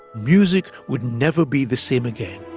music would never be the same again.